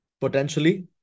potentially